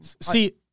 See